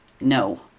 no